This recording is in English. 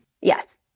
yes